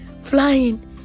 flying